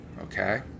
okay